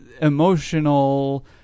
emotional